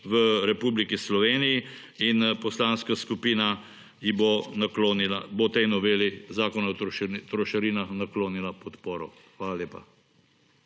v Republiki Sloveniji in Poslanska skupina bo tej noveli Zakona o trošarinah, naklonila podporo. Hvala lepa.